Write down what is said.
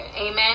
amen